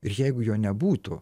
ir jeigu jo nebūtų